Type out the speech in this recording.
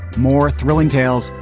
more thrilling tales.